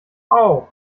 auch